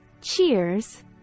Cheers